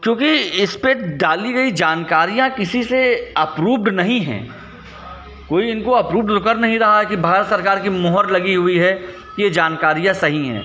क्योंकि इसपर डाली गई जानकारियाँ किसी से अप्रूव्ड नहीं हैं कोई इनको अप्रूव्ड तो कर नहीं रहा है कि भारत सरकार की मोहर लगी हुई है यह जानकारियाँ सही हैं